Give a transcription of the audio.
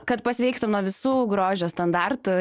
kad pasveiktum nuo visų grožio standartų